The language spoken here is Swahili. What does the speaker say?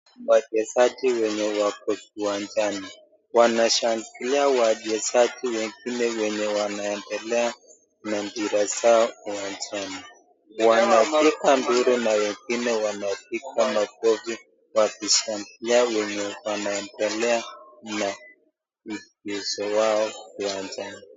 Wachezaji wenye wako uwanjani wanashangilia wachezaji wengine wnye wanaendelea na mpira zao uwanjani, wameshika mpira na wengine wanapiga makofi wakishangilia wenye wanaendelea na mchezo yao uwanjani.